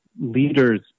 leaders